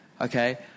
Okay